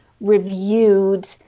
reviewed